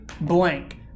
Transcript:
blank